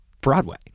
Broadway